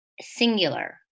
singular